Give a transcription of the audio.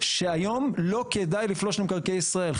שהיום לא כדאי לפלוש למקרקעי ישראל.